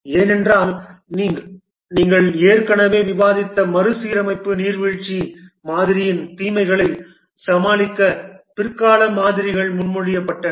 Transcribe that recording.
ஏனென்றால் நீங்கள் ஏற்கனவே விவாதித்த மறுசீரமைப்பு நீர்வீழ்ச்சி மாதிரியின் தீமைகளை சமாளிக்க பிற்கால மாதிரிகள் முன்மொழியப்பட்டன